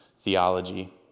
theology